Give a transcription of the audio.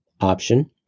option